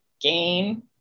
gain